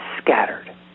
scattered